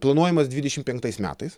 planuojamas dvidešimt penktais metais